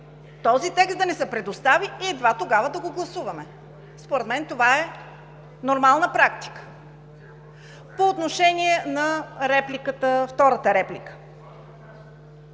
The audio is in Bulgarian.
този текст да ни се предостави и едва тогава да го гласуваме. Според мен това е нормална практика. По отношение на втората реплика.